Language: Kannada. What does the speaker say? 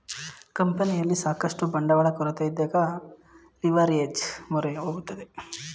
ಕಂಪನಿಯಲ್ಲಿ ಸಾಕಷ್ಟು ಬಂಡವಾಳ ಕೊರತೆಯಿದ್ದಾಗ ಲಿವರ್ಏಜ್ ಮೊರೆ ಹೋಗುತ್ತದೆ